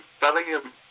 Bellingham